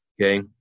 okay